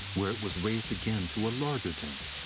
where it was raised again to a larger tank.